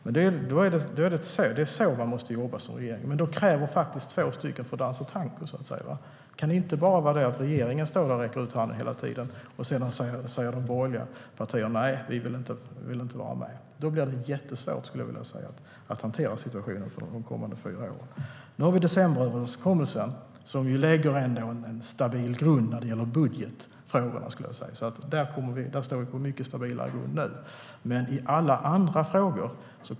Så måste regeringen jobba, men det krävs två för att dansa tango. Regeringen kan inte ensam räcka ut handen hela tiden medan de borgerliga partierna säger att de inte vill vara med. Då blir det jättesvårt att hantera situationen de kommande fyra åren. Tack vare decemberöverenskommelsen står vi på en mycket stabilare grund när det gäller budgetfrågorna.